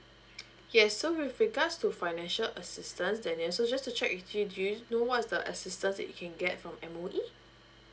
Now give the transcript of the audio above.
yes so with regards to financial assistance daniel so just to check with you do you know what's the assistance that you can get from M_O_E